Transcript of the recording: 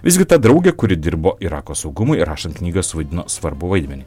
visgi ta draugė kuri dirbo irako saugumui rašant knygas vaidino svarbų vaidmenį